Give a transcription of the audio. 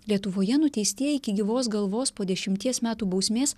lietuvoje nuteistieji iki gyvos galvos po dešimties metų bausmės